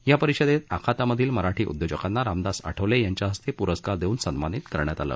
या परिषदेत आखातामधील मराठी उद्योजकांना रामदास आठवले यांच्या हस्ते पुरस्कार देऊन सन्मानित करण्यात आलं